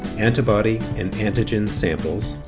antibody and antigen samples,